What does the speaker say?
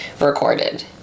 recorded